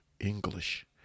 English